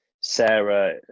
Sarah